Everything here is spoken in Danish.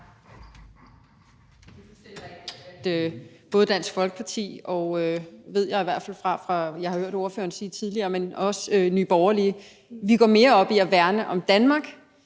er fuldstændig rigtigt, at både Dansk Folkeparti – det ved jeg i hvert fald fra, hvad jeg har hørt ordføreren sige tidligere – men også Nye Borgerlige går mere op i at værne om Danmark,